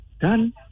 done